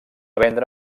vendre